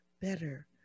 better